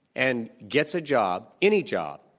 and gets a job, any job,